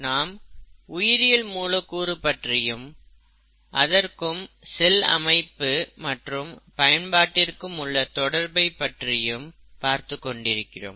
நாம் உயிரியல் மூலக்கூறு பற்றியும் அதற்கும் செல் அமைப்பு மற்றும் பயன்பாட்டிற்கும் உள்ள தொடர்பையும் பற்றி பார்த்துக் கொண்டிருக்கிறோம்